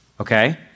Okay